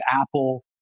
Apple